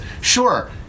sure